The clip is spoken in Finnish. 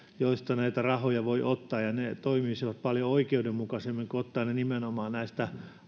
joista näitä rahoja voi ottaa ja ne toimisivat paljon oikeudenmukaisemmin kun ottaa ne nimenomaan näistä